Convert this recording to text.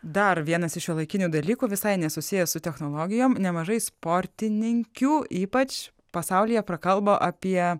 dar vienas iš šiuolaikinių dalykų visai nesusijęs su technologijom nemažai sportininkių ypač pasaulyje prakalbo apie